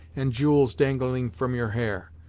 and jewels dangling from your hair.